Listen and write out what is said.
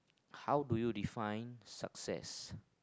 how do you define success